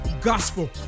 gospel